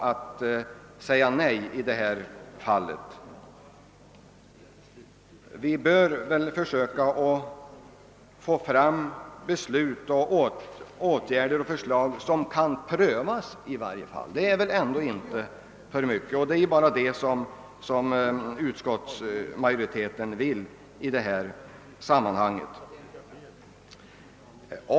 Det är väl inte för mycket att vi beslutar att pröva olika åtgärder och förslag, och det är bara detta utskottsmajoriteten vill i detta sammanhang.